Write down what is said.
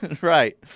right